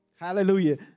hallelujah